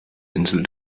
insel